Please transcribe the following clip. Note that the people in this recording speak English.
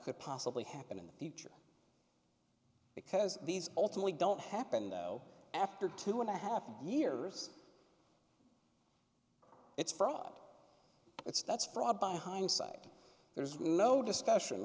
could possibly happen in the future because these ultimately don't happen though after two and a half years it's fraught it's that's fraught by hindsight there is no discussion